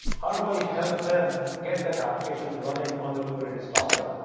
how do i help them get that application running on the kubernetes cluster?